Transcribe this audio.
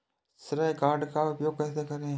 श्रेय कार्ड का उपयोग कैसे करें?